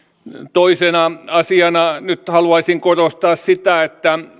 toisena asiana nyt haluaisin korostaa sitä että